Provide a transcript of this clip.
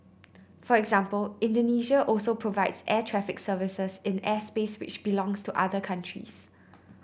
for example Indonesia also provides air traffic services in airspace which belongs to other countries